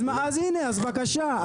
אז הנה בבקשה,